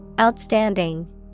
Outstanding